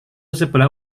sebelah